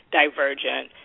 divergent